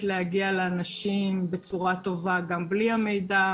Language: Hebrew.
להגיע לאנשים בצורה טובה גם בלי המידע,